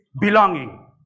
belonging